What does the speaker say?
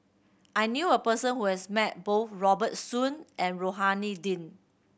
I knew a person who has met both Robert Soon and Rohani Din